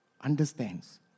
understands